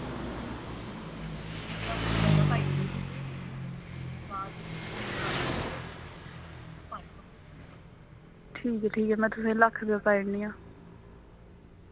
लक्ख रपेआ हारा पाई ओड़ो तुस ठीक ऐ ठीक ऐ में तुसेंगी लक्ख रपेआ पाई ओड़नी आं